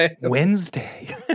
Wednesday